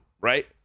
right